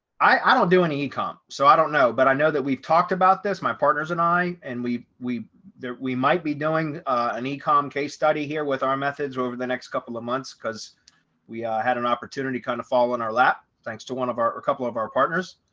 i i don't do any e commerce. so i don't know. but i know that we've talked about this my partners and i and we we that we might be doing an e comm case study here with our methods over the next couple of months because we had an opportunity to kind of fall in our lap thanks to one of our a couple of our partners.